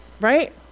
right